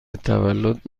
تولد